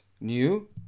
new